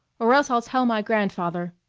or else i'll tell my grandfather.